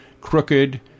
crooked